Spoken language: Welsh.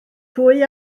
pwy